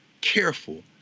careful